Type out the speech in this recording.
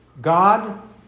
God